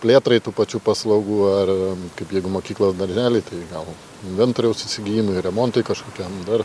plėtrai tų pačių paslaugų ar kaip jeigu mokyklos darželiai tai gal inventoriaus įsigijimui remontui kažkokiam dar